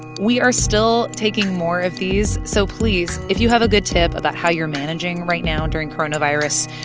we are still taking more of these. so please, if you have a good tip about how you're managing right now during coronavirus,